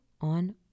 on